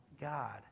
God